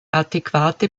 adäquate